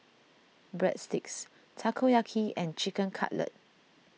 Breadsticks Takoyaki and Chicken Cutlet